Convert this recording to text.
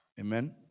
Amen